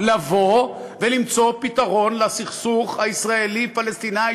לבוא ולמצוא פתרון לסכסוך הישראלי פלסטיני,